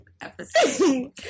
episode